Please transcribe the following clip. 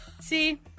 See